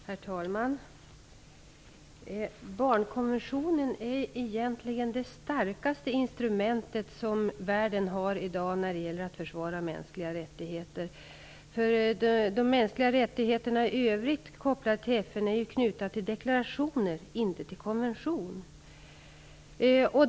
Herr talman! Barnkonventionen är egentligen det starkaste instrument som världen har i dag när det gäller att försvara mänskliga rättigheter. De mänskliga rättigheterna i övrigt, kopplade till FN, är knutna till deklarationer, inte till någon konvention.